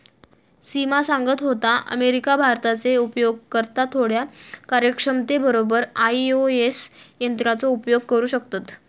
सिमा सांगत होता, अमेरिका, भारताचे उपयोगकर्ता थोड्या कार्यक्षमते बरोबर आई.ओ.एस यंत्राचो उपयोग करू शकतत